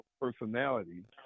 personality